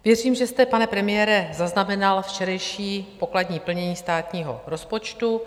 Věřím, že jste, pane premiére, zaznamenal včerejší pokladní plnění státního rozpočtu.